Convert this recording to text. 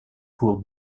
pour